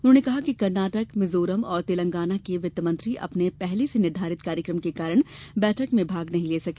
उन्होंने कहा कि कर्नाटक मिजोरम और तेलंगाना के वित्तमंत्री अपने पहले से निर्धारित कार्यक्रम के कारण बैठक में भाग नहीं ले सके